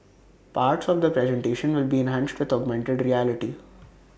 parts of the presentation will be enhanced with augmented reality